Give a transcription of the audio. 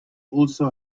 also